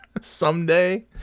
Someday